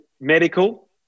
medical